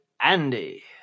Andy